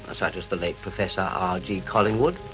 ah such as the late professor r. ah g. collingwood,